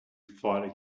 fought